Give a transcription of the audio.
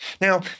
Now